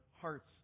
hearts